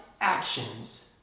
actions